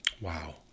Wow